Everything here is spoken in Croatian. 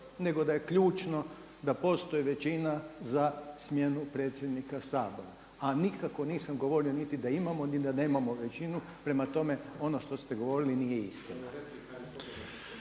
nego da je ključno da postoji većina za smjenu predsjednika Sabora, a nikako nisam govorio niti da imamo niti da nemamo većinu. Prema tome, ono što ste govorili nije istina.